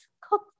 cook